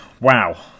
Wow